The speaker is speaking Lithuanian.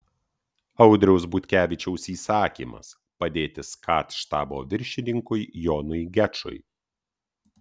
audriaus butkevičiaus įsakymas padėti skat štabo viršininkui jonui gečui